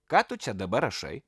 ką tu čia dabar rašai